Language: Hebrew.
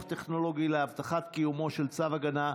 טכנולוגי להבטחת קיומו של צו הגנה,